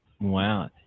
Wow